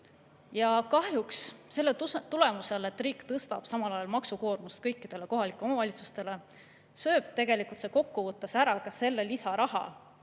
Kahjuks see, et riik tõstab samal ajal maksukoormust kõikidel kohalikel omavalitsustel, sööb tegelikult kokkuvõttes ära ka selle lisaraha,